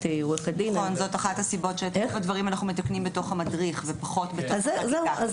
שאת רוב הדברים אנחנו מתקנים בתוך המדריך ופחות בתוך הכיתה.